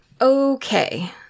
Okay